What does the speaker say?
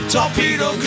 Torpedo